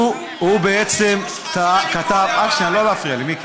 הוא כתב, רק שנייה, לא להפריע לי, מיקי.